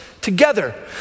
together